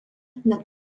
net